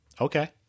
Okay